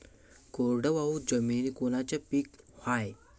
कोरडवाहू जमिनीत कोनचं पीक घ्याव?